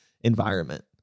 environment